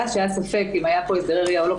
שהיה ספק אם היו פה הסדרי ראייה או לא.